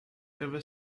ever